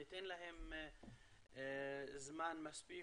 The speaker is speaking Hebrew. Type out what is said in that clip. ניתן להם זמן מספיק,